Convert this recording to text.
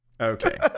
okay